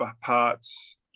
parts